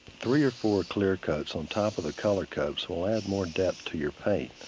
three or four clear coats on top of the color coats will add more depth to your paint.